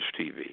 TV